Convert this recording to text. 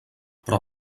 però